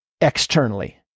externally